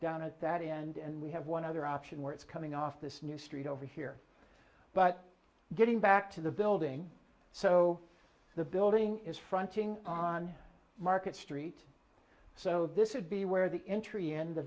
down at that end and we have one other option where it's coming off this new street over here but getting back to the building so the building is fronting on market street so this is be where the intr